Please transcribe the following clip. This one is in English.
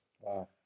Wow